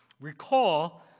Recall